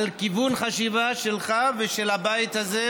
על כיוון חשיבה שלך ושל הבית הזה,